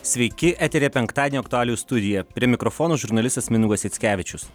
sveiki eteryje penktadienio aktualijų studija prie mikrofono žurnalistas mindaugas mickevičius